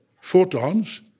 photons